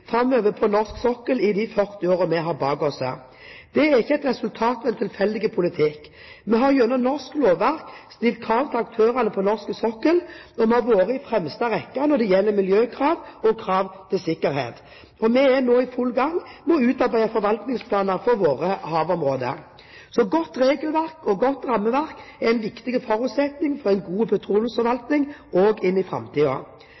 framover på norsk sokkel i de 40 årene vi har bak oss. Dette er ikke resultat av en tilfeldig politikk. Vi har gjennom norsk lovverk stilt krav til aktørene på norsk sokkel. Vi har vært i fremste rekke når det gjelder miljøkrav og krav til sikkerhet, og vi er nå i full gang med å utarbeide forvaltningsplaner for våre havområder. Godt regelverk og godt rammeverk er en viktig forutsetning for en god